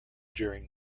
during